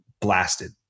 blasted